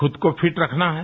खुद को फिट रखना है